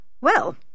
Well